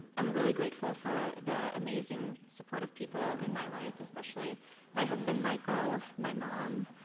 i'm really grateful for the amazing support of people in my life, especially my husband michael my mom,